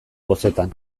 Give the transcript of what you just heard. bozetan